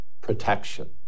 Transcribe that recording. protection